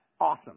awesome